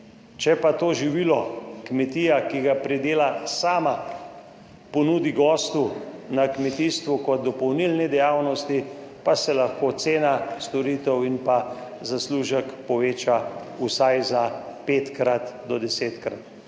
Če pa to živilo kmetija, ki ga pridela sama, ponudi gostu na kmetijstvu kot dopolnilni dejavnosti, pa se lahko cena storitev in pa zaslužek poveča vsaj za 5-krat do 10-krat.